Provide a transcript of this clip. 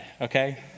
okay